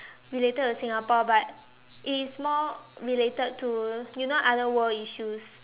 related to Singapore but it is more related to you know other world issues